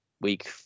week